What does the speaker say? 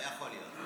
לא יכול להיות.